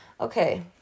Okay